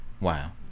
wow